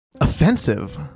Offensive